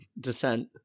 descent